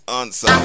answer